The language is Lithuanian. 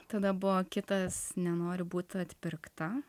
tada buvo kitas nenoriu būt atpirkta